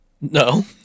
No